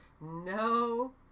No